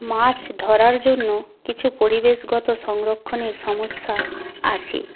মাছ ধরার জন্য কিছু পরিবেশগত সংরক্ষণের সমস্যা আছে